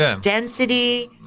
density